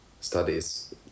studies